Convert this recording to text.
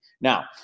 Now